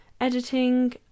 editing